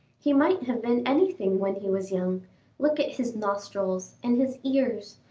he might have been anything when he was young look at his nostrils and his ears,